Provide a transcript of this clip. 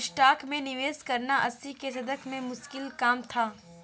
stocks में निवेश करना अस्सी के दशक में मुश्किल काम था